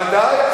ודאי,